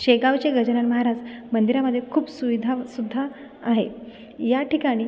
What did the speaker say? शेगावचे गजानन महाराज मंदिरामध्ये खूप सुविधा उप् सुद्धा आहे या ठिकाणी